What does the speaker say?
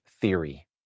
theory